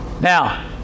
Now